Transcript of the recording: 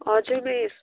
हजुर मिस